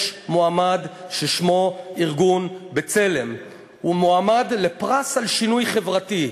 יש מועמד ששמו ארגון "בצלם"; הוא מועמד לפרס על שינוי חברתי.